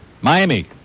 Miami